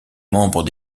membre